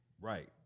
Right